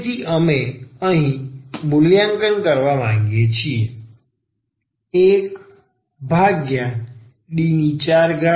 તેથી અમે અહીં મૂલ્યાંકન કરવા માંગીએ છીએ 1D4D21cos 2x